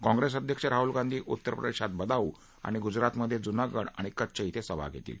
काँप्रेसअध्यक्ष राहुल गांधी उत्तर प्रदेशात बदाऊ आणि गुजरातमधे जुनागड आणि कच्छ क्षे सभा घेतील